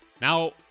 now